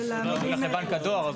למילים --- למה?